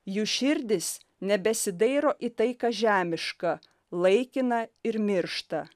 jų širdys nebesidairo į tai kas žemiška laikina ir miršta